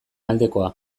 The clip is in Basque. aldekoa